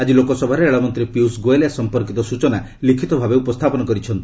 ଆଜି ଲୋକସଭାରେ ରେଳମନ୍ତ୍ରୀ ପିୟୁଷ ଗୋଏଲ ଏ ସମ୍ପର୍କୀତ ସ୍ଚଚନା ଲିଖିତ ଭାବେ ଉପସ୍ଥାପନ କରିଛନ୍ତି